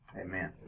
amen